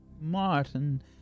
Martin